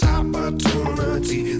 opportunity